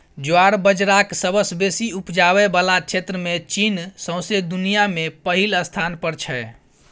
ज्वार बजराक सबसँ बेसी उपजाबै बला क्षेत्रमे चीन सौंसे दुनियाँ मे पहिल स्थान पर छै